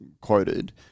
quoted